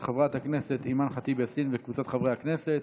של חברת הכנסת אימאן ח'טיב יאסין וקבוצת חברי הכנסת.